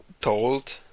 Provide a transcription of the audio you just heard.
told